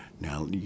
Now